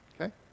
okay